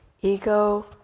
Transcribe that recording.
Ego